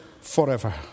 forever